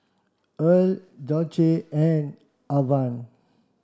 Earle Dulce and Alvan